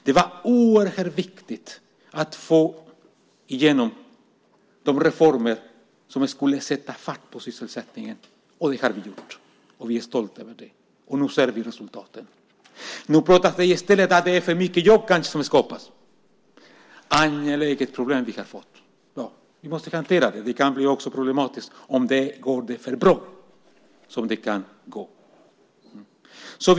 Det var oerhört viktigt att få igenom de reformer som skulle sätta fart på sysselsättningen, och det har vi gjort. Vi är stolta över det, och nu ser vi resultaten. Nu pratas det om att det kanske i stället är för mycket jobb som skapas. Det är ett angeläget problem som vi har fått. Vi måste hantera det. Det kan också bli problematiskt om det går för bra, vilket det kan göra.